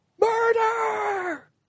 murder